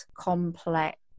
complex